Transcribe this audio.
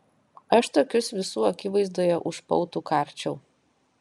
aš tokius visų akivaizdoje už pautų karčiau